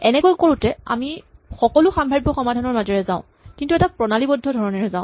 এনেকৈ কৰোতে আমি সকলো সাম্ভাৱ্য সমাধানৰ মাজেৰে যাওঁ কিন্তু এটা প্ৰণালীবদ্ধ ধৰণে কৰো